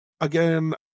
again